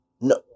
No